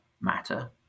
matter